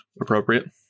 appropriate